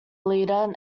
leader